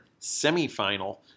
semifinal